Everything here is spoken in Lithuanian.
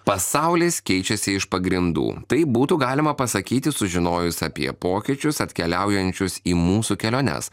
pasaulis keičiasi iš pagrindų taip būtų galima pasakyti sužinojus apie pokyčius atkeliaujančius į mūsų keliones